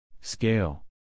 Scale